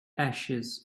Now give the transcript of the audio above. ashes